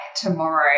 tomorrow